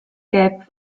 gelb